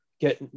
get